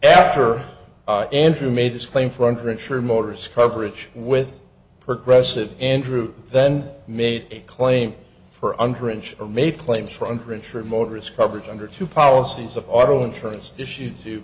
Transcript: after andrew made this claim four hundred sure motorists coverage with progressive andrew then made a claim for underage or made claims for under insured motorists coverage under two policies of auto insurance issues to